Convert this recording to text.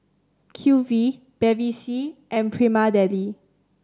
Q V Bevy C and Prima Deli